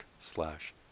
slash